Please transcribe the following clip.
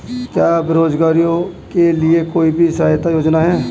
क्या बेरोजगारों के लिए भी कोई सहायता योजना है?